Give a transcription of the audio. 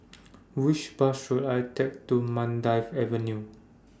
Which Bus should I Take to Mandai Avenue